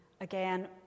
again